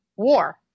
War